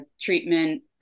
treatment